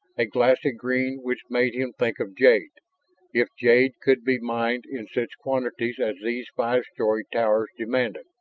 a glassy green which made him think of jade if jade could be mined in such quantities as these five-story towers demanded.